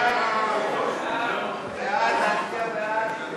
ההצעה להעביר את הצעת חוק לעידוד